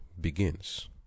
Begins